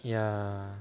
ya